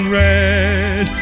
red